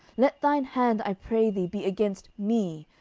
let thine hand, i pray thee, be against me,